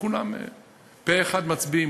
וכולם פה-אחד מצביעים,